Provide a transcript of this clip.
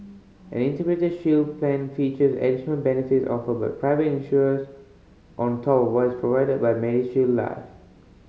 an Integrated Shield Plan features additional benefits offered by private insurers on top of what is provided by MediShield Life